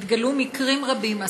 התגלו מקרים רבים,